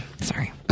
sorry